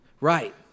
Right